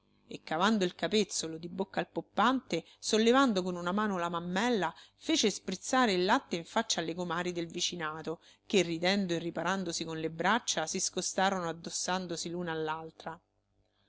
e cavando il capezzolo di bocca al poppante sollevando con una mano la mammella fece sprizzare il latte in faccia alle comari del vicinato che ridendo e riparandosi con le braccia si scostarono addossandosi l'una